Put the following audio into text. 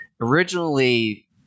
originally